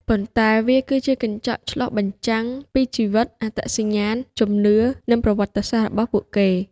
ប៉ុន្តែវាគឺជាកញ្ចក់ឆ្លុះបញ្ចាំងពីជីវិត អត្តសញ្ញាណ ជំនឿ និងប្រវត្តិសាស្ត្ររបស់ពួកគេ។